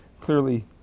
clearly